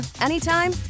anytime